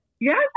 Yes